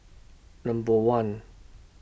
Number one